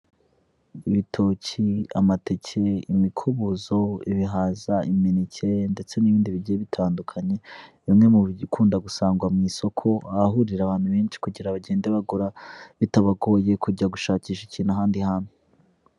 Ibitoki, amateke, imikubuzo, ibihaza, imineke, ndetse n'ibindi bigiye bitandukanye, bimwe mu bikunda gusangwa mu isoko, ahahurira abantu benshi kugira bagende bagura, bitabagoye kujya gushakisha ikintu ahandi hantu.